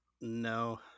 No